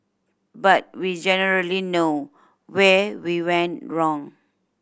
but we generally know where we went wrong